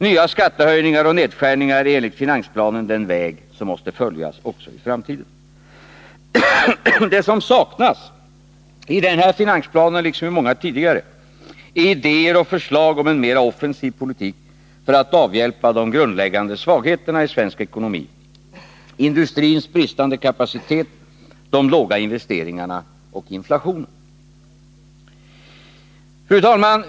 Nya skattehöjningar och nedskärningar är enligt finansplanen den väg som måste följas också i framtiden. Det som saknas i denna finansplan, liksom i många tidigare, är idéer och förslag om en mer offensiv politik för att avhjälpa de grundläggande svagheterna i svensk ekonomi — industrins bristande kapacitet, de låga investeringarna och inflationen. Fru talman!